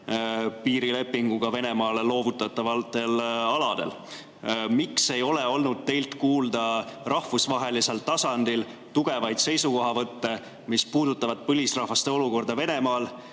piirilepinguga Venemaale loovutatavatel aladel. Miks ei ole olnud teilt kuulda rahvusvahelisel tasandil tugevaid seisukohavõtte, mis puudutavad põlisrahvaste olukorda Venemaal,